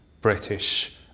British